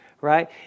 right